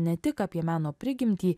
ne tik apie meno prigimtį